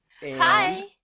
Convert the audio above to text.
Hi